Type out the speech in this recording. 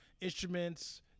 instruments